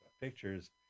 Pictures